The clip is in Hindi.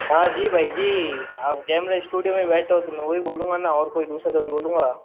हाँ जी भाई जी आप जेमिन स्टूडियो में बैठे हो तो मैं वही बोलूँगा ना और कोई दूसरा थोड़ी बोलूँगा